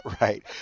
right